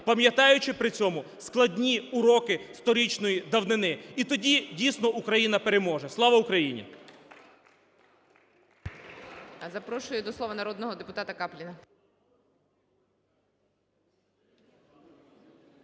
пам'ятаючи при цьому складні уроки сторічної давнини. І тоді, дійсно, Україна переможе. Слава Україні!